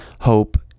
Hope